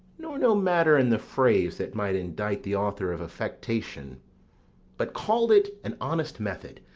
nor no matter in the phrase that might indite the author of affectation but called it an honest method,